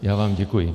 Já vám děkuji.